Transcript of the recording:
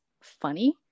funny